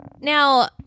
Now